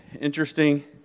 interesting